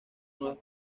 nuevas